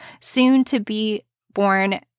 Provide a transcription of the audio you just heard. soon-to-be-born